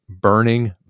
burning